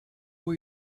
will